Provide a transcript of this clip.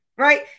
Right